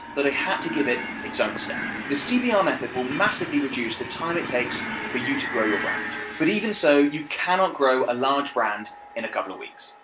that i had to give it it's own step. the cbr method will massively reduce the time it takes for you to grow your brand. but even so, you cannot grow a large brand in a couple of weeks.